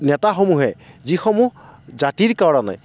নেতাসমূহে যিসমূহ জাতিৰ কাৰণে